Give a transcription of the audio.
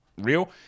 real